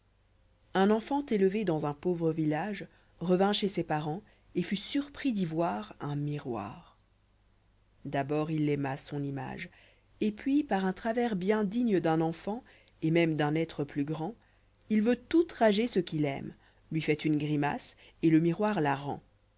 n enfant élevé dans un pauvre village revint chez sesparents et fut surpris d'y vois un miroir d'abord il aima son image et puis par un travers bien digne d'un enfant et même d'un être plus grand u veut outrager ce qu'il aima lui fait une grimacé et le miroir la rend